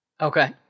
Okay